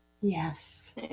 yes